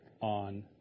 on